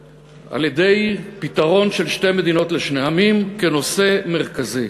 על-ידי פתרון של שתי מדינות לשני עמים כנושא מרכזי,